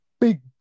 big